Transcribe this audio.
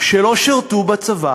שלא שירתו בצבא